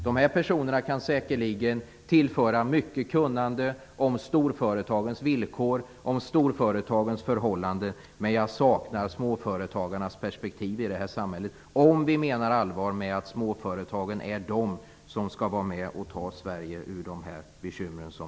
Dessa personer kan säkerligen tillföra mycket kunnande om storföretagens villkor och om storföretagens förhållanden, men jag saknar småföretagarnas perspektiv i samhället - om vi menar allvar med att småföretagen är de som skall vara med och ta Sverige ur bekymren.